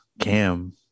Cam